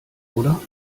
oder